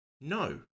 no